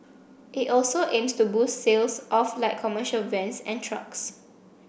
it also aims to boost sales of light commercial vans and trucks